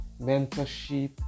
mentorship